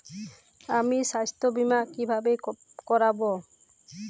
আমি স্বাস্থ্য বিমা কিভাবে করাব?